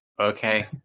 Okay